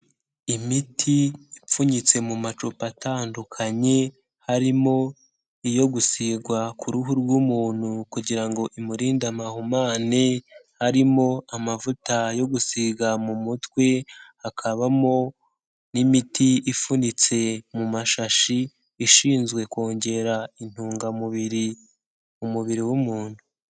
Imiti ipfunyitse mu macupa atandukanye harimo iyo gusigwa ku ruhu rw'umuntu kugira ngo imurinde amahumane, harimo amavuta yo gusiga mu mutwe, hakabamo n'imiti ifunitse mu mashashi, ishinzwe kongera intungamubiri mu mubiri w'umuntu.